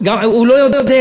הוא לא יודע.